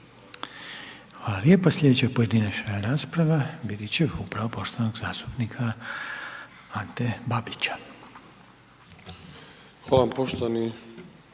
Hvala lijepo. Slijedeća pojedinačna rasprava biti će upravo poštovanog zastupnika Ante Babića. **Babić, Ante